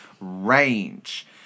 Range